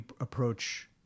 approach